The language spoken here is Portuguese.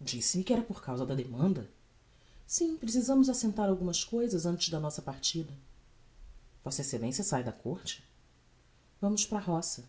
disse-me que era por causa da demanda sim precisamos assentar algumas cousas antes da nossa partida v ex sae da côrte vamos para o roça